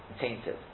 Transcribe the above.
tainted